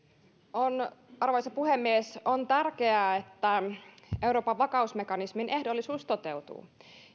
arvoisa puhemies on tärkeää että euroopan vakausmekanismin ehdollisuus toteutuu